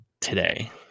today